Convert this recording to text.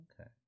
okay